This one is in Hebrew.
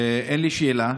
אין לי שאלה.